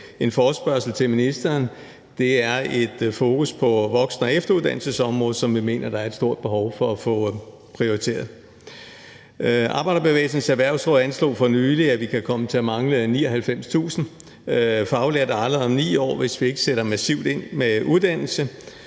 en forespørgsel til ministeren, er et fokus på voksen- og efteruddannelsesområdet, som vi mener der er et stort behov for at få prioriteret. Arbejderbevægelsens Erhvervsråd anslog for nylig, at vi kan komme til at mangle 99.000 faglærte allerede om 9 år, hvis vi ikke sætter massivt ind med uddannelse.